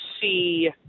see